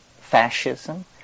fascism